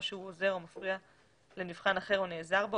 או שהוא עוזר או מפריע לנבחן אחר או נעזר בו,